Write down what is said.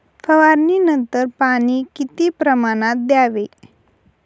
फवारणीनंतर पाणी किती प्रमाणात द्यावे?